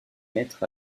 maître